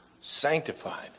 sanctified